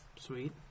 Sweet